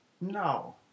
No